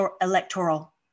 electoral